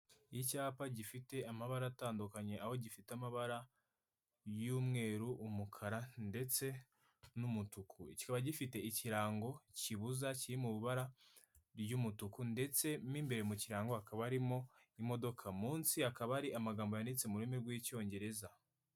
Icyapa gifite amabara atandukanye aho gifite amabara y'umweru umukara ndetse n'umutuku. Kiba gifite ikirango kibuza kiri mubara ry'umutuku ndetse mo imbere mu kirango hakaba harimo imodoka, munsi akaba ari amagambo yanditse mu rurimi rw'icyongereza.